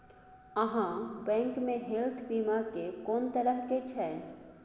आहाँ बैंक मे हेल्थ बीमा के कोन तरह के छै?